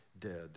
dead